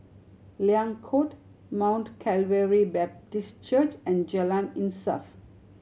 Liang Court Mount Calvary Baptist Church and Jalan Insaf